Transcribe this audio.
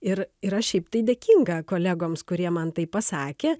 ir ir aš šiaip tai dėkinga kolegoms kurie man tai pasakė